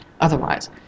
otherwise